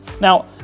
Now